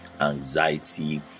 anxiety